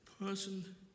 person